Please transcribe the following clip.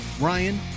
Ryan